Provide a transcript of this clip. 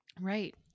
Right